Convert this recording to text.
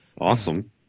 Awesome